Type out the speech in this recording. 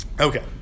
okay